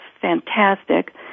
fantastic